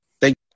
Thank